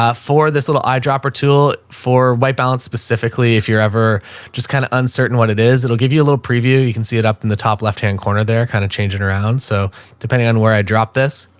um for this little eyedropper tool for white balance specifically, if you're ever just kind of uncertain what it is, it'll give you a little preview. you can see it up in the top left hand corner. they're kind of changing around. so depending on where i drop this,